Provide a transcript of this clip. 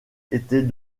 était